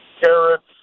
carrots